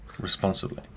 Responsibly